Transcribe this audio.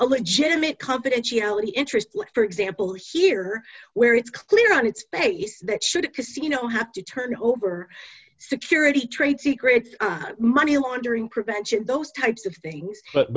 a legitimate confidentiality interest for example here where it's clear on its face that should casino have to turn over security trade secrets money laundering prevention those types of things but